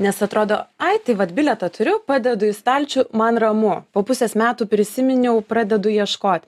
nes atrodo ai tai vat bilietą turiu padedu į stalčių man ramu po pusės metų prisiminiau pradedu ieškot